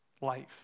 life